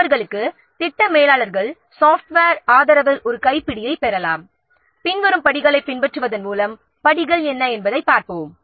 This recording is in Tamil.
ப்ராஜெக்ட் மனேஜர்களுக்கு சாப்ட்வேர் ஆதரவில் ஒரு கைப்பிடியைப் பெறலாம் பின்வரும் படிகளைப் பின்பற்றுவதன் மூலம் படிகள் என்ன என்பதைப் பார்ப்போம்